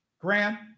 Grant